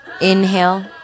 Inhale